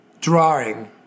Drawing